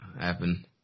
happen